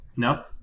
No